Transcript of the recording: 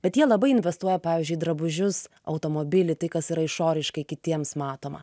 bet jie labai investuoja pavyzdžiui į drabužius automobilį tai kas yra išoriškai kitiems matoma